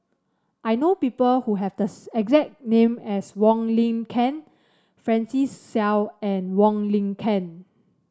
I know people who have thus exact name as Wong Lin Ken Francis Seow and Wong Lin Ken